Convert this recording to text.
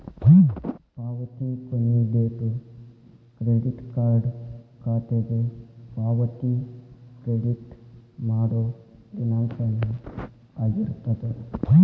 ಪಾವತಿ ಕೊನಿ date credit card ಖಾತೆಗೆ ಪಾವತಿ ಕ್ರೆಡಿಟ್ ಮಾಡೋ ದಿನಾಂಕನ ಆಗಿರ್ತದ